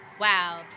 Wow